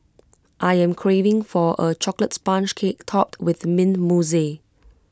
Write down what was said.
I am craving for A Chocolate Sponge Cake Topped with Mint Mousse